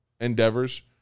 endeavors